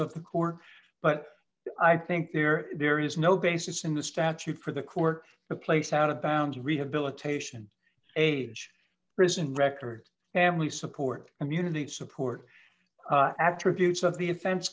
of the court but i think there there is no basis in the statute for the court to place out of bounds rehabilitation age prison record and we support community support attributes of the offen